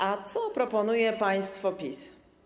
A co proponuje państwo PiS?